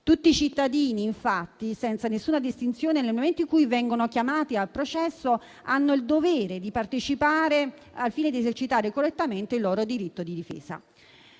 Tutti i cittadini, infatti, senza alcuna distinzione, nel momento in cui vengono chiamati a processo, hanno il dovere di parteciparvi al fine di esercitare correttamente il loro diritto di difesa.